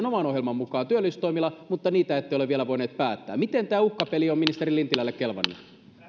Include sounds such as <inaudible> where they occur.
<unintelligible> oman ohjelmanne mukaan työllisyystoimilla mutta näitä ette ole vielä voineet päättää miten tämä uhkapeli on ministeri lintilälle kelvannut